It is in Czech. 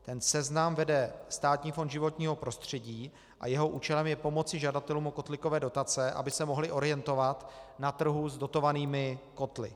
Ten seznam vede Státní fond životního prostředí a jeho účelem je pomoci žadatelům o kotlíkové dotace, aby se mohli orientovat na trhu s dotovanými kotly.